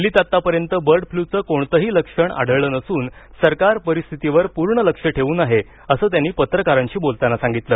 दिल्लीत आत्तापर्यंत बर्ड फ्लूचं कोणतही लक्षण आढळलं नसून सरकार परिस्थितीवर पूर्ण लक्ष ठेवून आहे असं त्यांनी पत्रकारांशी बोलताना सांगितलं